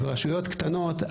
וברשויות קטנות,